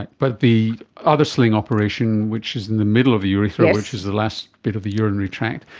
and but the other sling operation which is in the middle of the urethra, which is the last bit of the urinary tract,